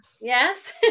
Yes